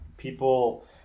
People